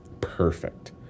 perfect